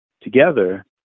together